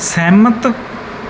ਸਹਿਮਤ